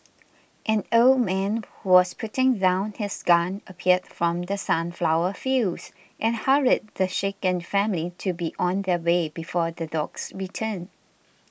an old man who was putting down his gun appeared from the sunflower fields and hurried the shaken family to be on their way before the dogs return